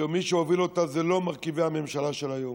שמי שהוביל אותה זה לא מרכיבי הממשלה של היום,